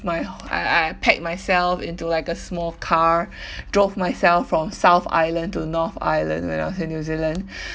my wh~ I I I packed myself into like a small car drove myself from south island to north island when I was in new zealand